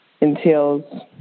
entails